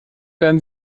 werden